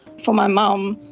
for my mum,